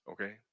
Okay